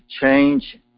change